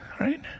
right